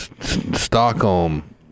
stockholm